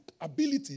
ability